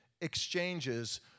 exchanges